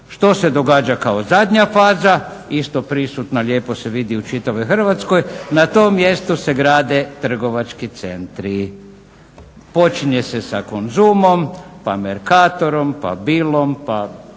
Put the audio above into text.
Što se događa kao zadnja faza? Isto prisutna lijepo se vidi u čitavoj Hrvatskoj. Na tom mjestu se grade trgovački centri. Počinje se sa Konzumom, pa Mercatorom, pa Bilom, pa